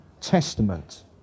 Testament